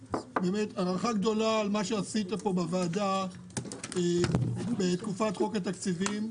הערכה גדולה על מה שעשית פה בוועדה בתקופת הדיון על חוק ההסדרים,